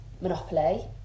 Monopoly